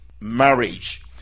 marriage